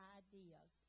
ideas